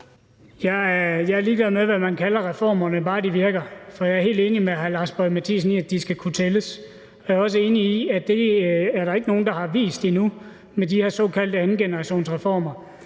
Jeg er ligeglad med, hvad man kalder reformerne, bare de virker. For jeg er helt enig med hr. Lars Boje Mathiesen i, at de skal kunne tælles. Jeg er også enig i, at det er der ikke nogen der har vist endnu, hvad angår de her såkaldte andengenerationsreformer.